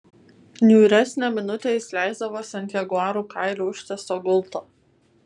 niūresnę minutę jis leisdavosi ant jaguarų kailiu užtiesto gulto